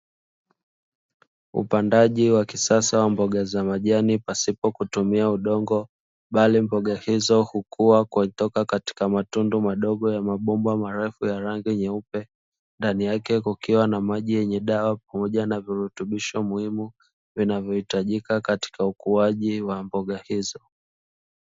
Upandaji wa kisasa wa mboga za majani pasipo kutumia udongo bali mboga hizo hukua kutoka katika matundu madogo ya mabomba marefu ya rangi nyeupe, ndani yake kukiwa na maji yenye dawa pamoja na virutubisho muhimu vinavyohitajika katika ukuaji wa mboga hizo.